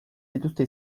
dituzte